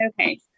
Okay